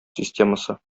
системасы